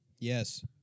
Yes